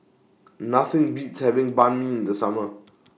Nothing Beats having Banh MI in The Summer